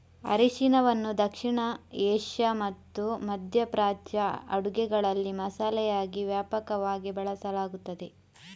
ಅರಿಶಿನವನ್ನು ದಕ್ಷಿಣ ಏಷ್ಯಾ ಮತ್ತು ಮಧ್ಯ ಪ್ರಾಚ್ಯ ಅಡುಗೆಗಳಲ್ಲಿ ಮಸಾಲೆಯಾಗಿ ವ್ಯಾಪಕವಾಗಿ ಬಳಸಲಾಗುತ್ತದೆ